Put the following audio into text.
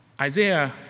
Isaiah